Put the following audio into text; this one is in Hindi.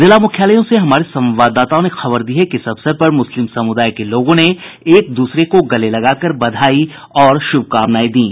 जिला मुख्यालयों से हमारे संवाददाताओं ने खबर दी है कि इस अवसर पर मुस्लिम समुदाय के लोगों ने एक दूसरे को गले लगाकर बधाई और शुभकामनाएं दीं